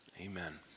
Amen